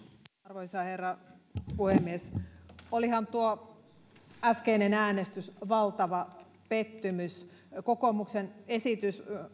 arvoisa herra puhemies olihan tuo äskeinen äänestys valtava pettymys kokoomuksen esitys